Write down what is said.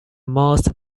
most